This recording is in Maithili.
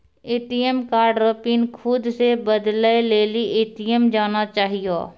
ए.टी.एम कार्ड रो पिन खुद से बदलै लेली ए.टी.एम जाना चाहियो